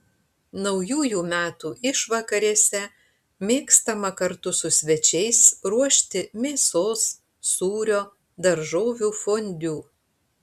naujųjų metų išvakarėse mėgstama kartu su svečiais ruošti mėsos sūrio daržovių fondiu